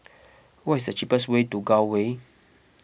what is the cheapest way to Gul Way